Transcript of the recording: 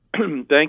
thank